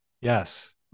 Yes